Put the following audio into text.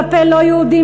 כלפי לא-יהודים,